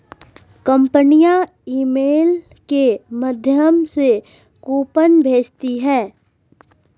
कंपनियां ईमेल के माध्यम से कूपन भेजती है